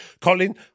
Colin